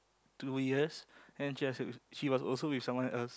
two years and she also she was also with someone else